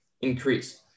increase